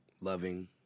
loving